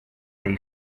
they